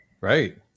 Right